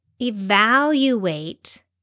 evaluate